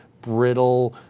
brittle,